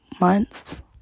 months